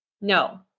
No